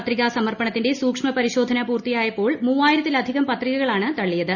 പത്രികാ സമർപ്പണത്തിന്റെ സൂക്ഷ്മുപ്പതിശോധന പൂർത്തിയായപ്പോൾ മൂവായിരത്തിലധികം പത്രികകളാണ്ട് തള്ളിയത്